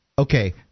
Okay